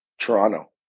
Toronto